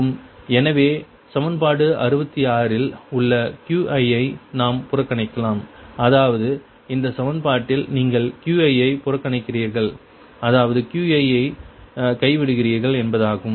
மற்றும் எனவே சமன்பாடு 66 இல் உள்ள Qi ஐ நாம் புறக்கணிக்கலாம் அதாவது இந்த சமன்பாட்டில் நீங்கள் Qi ஐ புறக்கணிக்கிறீர்கள் அதாவது Qi ஐ கைவிடுகிறீர்கள் என்பதாகும்